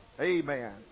Amen